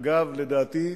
אגב, לדעתי,